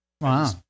Wow